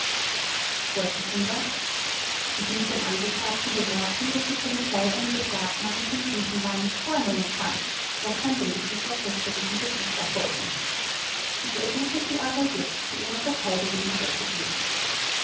vors ich muß dem angeklagten bemerken daß die polizei eine beschlagnahme von briefen gar nicht vornehmen kann das kann lediglich auf richterlichen beschluß erfolgen ich ersuche sie aber jetzt zu ihrer verteidigung überzugehen